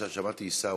שמעתי: עיסאווי.